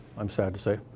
i'm sad to say.